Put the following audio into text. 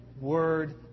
word